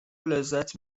لذت